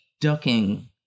ducking